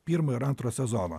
pirmo ir antro sezono